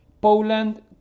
Poland